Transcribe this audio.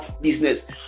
business